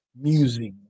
music